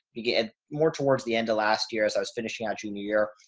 yeah, more towards the end of last year as i was finishing out junior year,